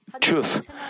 truth